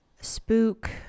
spook